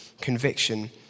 conviction